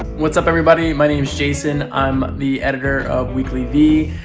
what's up everybody. my name's jason. i'm the editor of weeklyvee.